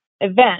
event